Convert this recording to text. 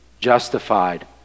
justified